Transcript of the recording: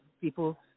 People